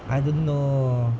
I don't know